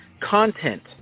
content